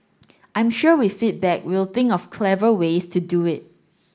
I'm sure with feedback we'll think of clever ways to do it